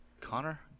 Connor